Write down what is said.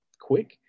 quick